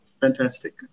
Fantastic